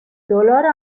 دلار